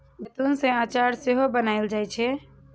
जैतून सं अचार सेहो बनाएल जाइ छै